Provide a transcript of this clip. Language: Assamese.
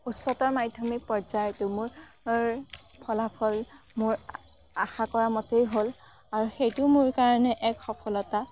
উচ্চতৰ মাধ্যমিক পৰ্য্যায়টো মোৰ ফলাফল মোৰ আশা কৰা মতেই হ'ল আৰু সেইটোও মোৰ কাৰণে এক সফলতা